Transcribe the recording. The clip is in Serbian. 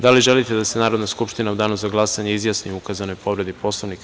Da li želite da se Narodna skupština u danu za glasanje izjasni o ukazanoj povredi Poslovnika?